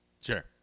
Sure